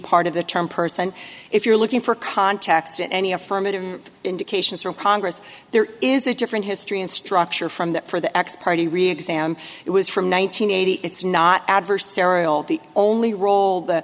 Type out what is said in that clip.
part of the term person if you're looking for context in any affirmative indications for congress there is a different history and structure from that for the x party reexamined it was from one nine hundred eighty it's not adversarial the only role that